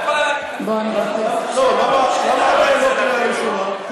לא קריאה ראשונה?